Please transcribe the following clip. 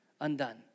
undone